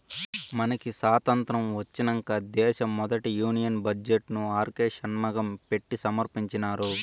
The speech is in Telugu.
మనకి సాతంత్రం ఒచ్చినంక దేశ మొదటి యూనియన్ బడ్జెట్ ను ఆర్కే షన్మగం పెట్టి సమర్పించినారు